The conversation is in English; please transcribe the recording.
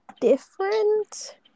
different